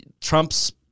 Trump's